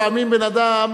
לפעמים בן-אדם,